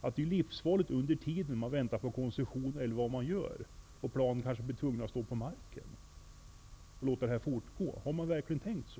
Om man låter detta fortgå kanske planen blir tvungna att stå på marken i väntan på koncession. Har man verkligen tänkt så?